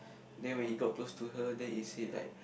then when he got close to her then he said like